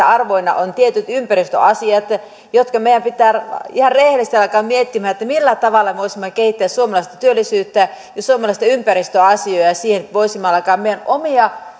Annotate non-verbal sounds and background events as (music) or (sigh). (unintelligible) arvoina ovat tietyt ympäristöasiat joita meidän pitää ihan rehellisesti alkaa miettimään millä tavalla voisimme kehittää suomalaista työllisyyttä ja suomalaista ympäristöasiaa ja ja siihen voisimme alkaa meidän omia